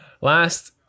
Last